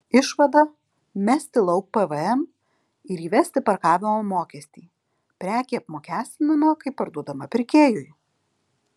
išvada mesti lauk pvm ir įvesti pardavimo mokestį prekė apmokestinama kai parduodama pirkėjui